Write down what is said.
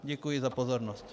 Děkuji za pozornost.